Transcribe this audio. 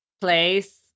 place